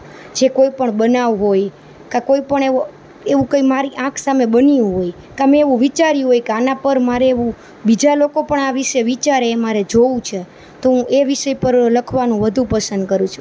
જે કોઈપણ બનાવ હોય કાં કોઈ પણ એવો એવું કોઈ મારી આંખ સામે બન્યું હોય કાં મેં એવુ વિચાર્યું હોય કા આના પર મારે એવું બીજા લોકો પણ આ વિશે વિચારે એ મારે જોવું છે તો હું વિશે પર લખવાનું વધુ પસંદ કરું છુ